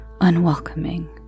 unwelcoming